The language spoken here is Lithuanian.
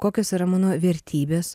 kokios yra mano vertybės